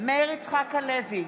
מאיר יצחק הלוי,